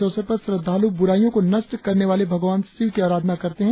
इस अवसर पर श्रद्धांलू बुराइयों को नष्ट करने वाले भगवान शिव की आराधना करते हैं